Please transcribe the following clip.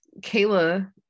kayla